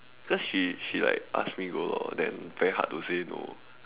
because she she like ask me go lor then very hard to say no